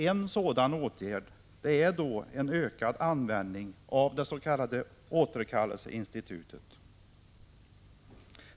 En sådan åtgärd är en ökning av användningen av det s.k. återkallelseinstitutet.